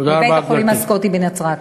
מבית-החולים הסקוטי בנצרת.